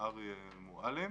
אריה מועלם.